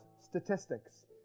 statistics